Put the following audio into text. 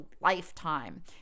lifetime